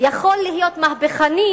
יכול להיות מהפכני,